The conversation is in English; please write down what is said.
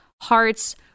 hearts